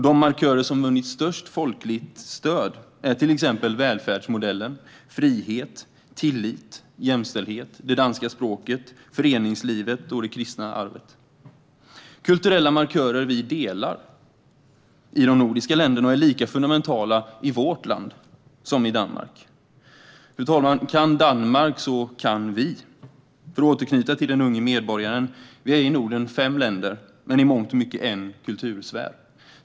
De markörer som vunnit störst folkligt stöd är till exempel välfärdsmodellen, frihet, tillit, jämställdhet, det danska språket, föreningslivet och det kristna arvet - kulturella markörer som vi i de nordiska länderna delar och som är lika fundamentala i vårt land som i Danmark. Fru talman! Kan Danmark så kan vi. För att återknyta till Den unge medborgaren : Vi är i Norden fem länder men i mångt och mycket en kultursfär.